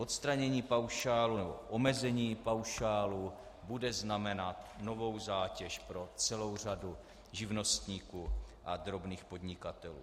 Odstranění paušálu nebo omezení paušálu bude znamenat novou zátěž pro celou řadu živnostníků a drobných podnikatelů.